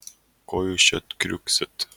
ko jūs čia kriuksit